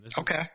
Okay